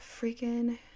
freaking